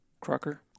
Crocker